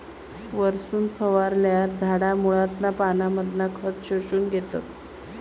वरसून फवारल्यार झाडा मुळांतना पानांमधना खत शोषून घेतत